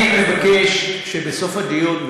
אני מבקש שבסוף הדיון,